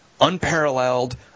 unparalleled